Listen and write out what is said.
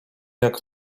jak